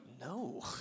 no